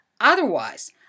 Otherwise